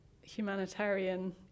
humanitarian